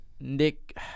Nick